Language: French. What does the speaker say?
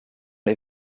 les